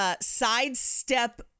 sidestep